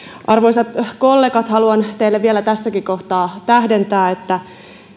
arvoisat kollegat haluan teille vielä tässäkin kohtaa tähdentää että